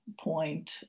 point